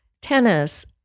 Tennis